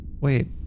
wait